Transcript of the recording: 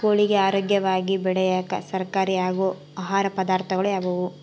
ಕೋಳಿಗೆ ಆರೋಗ್ಯವಾಗಿ ಬೆಳೆಯಾಕ ಸಹಕಾರಿಯಾಗೋ ಆಹಾರ ಪದಾರ್ಥಗಳು ಯಾವುವು?